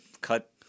cut